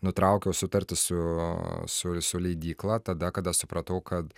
nutraukiau sutarti su su suleidykla tada kada supratau kad